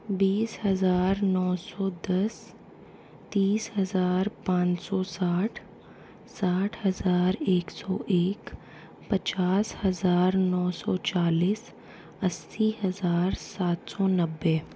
बीस हज़ार नौ सौ दस तीस हज़ार पाँच सौ साठ साठ हज़ार एक सौ एक पचास हज़ार नौ सौ चालीस अस्सी हज़ार सात सौ नब्बे